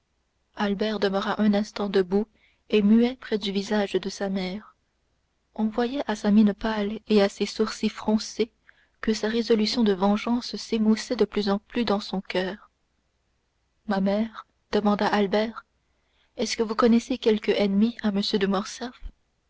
albert demeura un instant debout et muet près du visage de sa mère on voyait à sa mine pâle et à ses sourcils froncés que sa résolution de vengeance s'émoussait de plus en plus dans son coeur ma mère demanda albert est-ce que vous connaissez quelque ennemi à m de